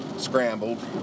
Scrambled